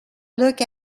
look